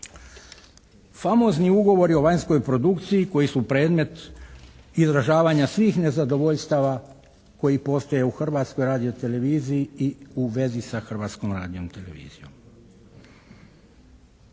Famozni ugovori o vanjskoj produkciji koji su predmet izražavanja svih nezadovoljstava koji postoje u Hrvatskoj radioteleviziji i u vezi sa Hrvatskom radiotelevizijom.